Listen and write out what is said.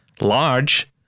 Large